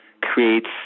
creates